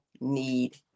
need